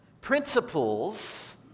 principles